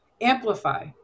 amplify